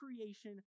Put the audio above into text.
creation